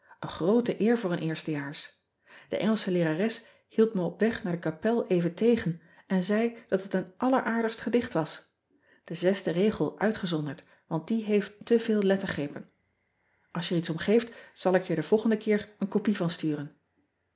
een groote eer voor een eerste jaars e ngelsche leerares hield me op weg naar de kapel even tegen en zei dat het een alleraardigst gedicht was e zesde regel uitgezonderd want die beeft te veel lettergrepen ls je er iets om geeft zal ik je er den volgenden keer een copie van sturen